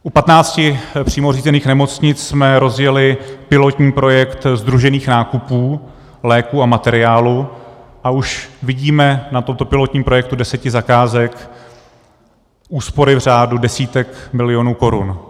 U patnácti přímo řízených nemocnic jsme rozjeli pilotní projekt sdružených nákupů léků a materiálu a už vidíme na tomto pilotním projektu deseti zakázek úspory v řádu desítek milionů korun.